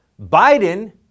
Biden